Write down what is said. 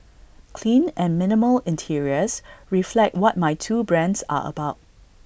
clean and minimal interiors reflect what my two brands are about